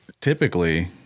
typically